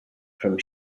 from